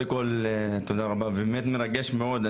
תודה רבה, זה באמת מרגש מאוד.